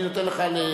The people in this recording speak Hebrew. אני נותן לך,